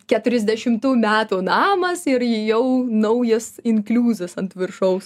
keturiasdešimtų metų namas ir ji jau naujas inkliuzas ant viršaus